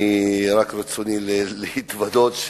רצוני להתוודות,